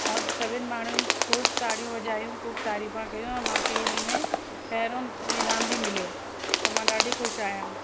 ऐं सभिनि माण्हुनि खूब ताड़ियूं वॼायूं खूब तारीफूं कयूं ऐं मूंखे इन्हीअ में पहरियों इनाम बि मिलियो त मां ॾाढी ख़ुशि आहियां